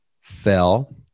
fell